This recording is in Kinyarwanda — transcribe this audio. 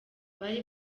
bari